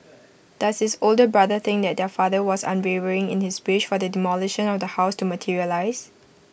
does his older brother think their father was unwavering in his wish for the demolition of the house to materialise